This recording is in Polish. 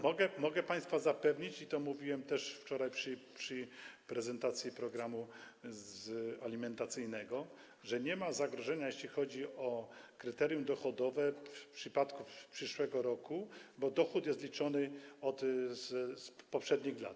Mogę państwa zapewnić i to mówiłem też wczoraj przy prezentacji programu alimentacyjnego, że nie ma zagrożenia, jeśli chodzi o kryterium dochodowe w przypadku przyszłego roku, bo dochód jest liczony z poprzednich lat.